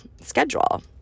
schedule